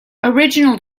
original